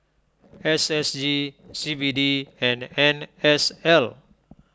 S S G C B D and N S L